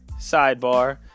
Sidebar